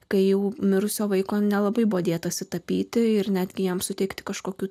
kai jau mirusio vaiko nelabai bodėtasi tapyti ir netgi jiems suteikti kažkokių